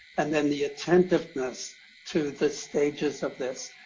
and then the attentiveness to the stages of this.